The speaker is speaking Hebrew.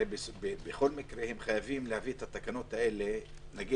הרי בכל מקרה הם חייבים להביא את התקנות האלה או